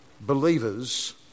believers